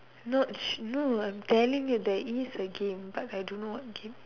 no no I'm telling you there is a game but I don't know what game